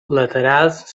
laterals